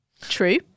True